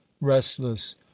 restless